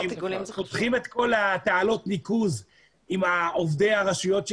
פותחים את כל תעלות הניקוז עם עובדי הרשויות.